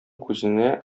күзенә